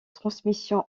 transmission